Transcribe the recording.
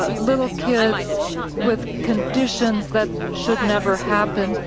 but little kids with conditions that should never happen,